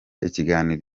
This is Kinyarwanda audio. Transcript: ikiganiro